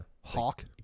Hawk